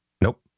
Nope